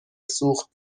سوخت